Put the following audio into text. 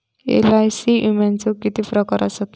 LIC विम्याचे किती प्रकार आसत?